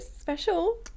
special